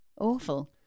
Awful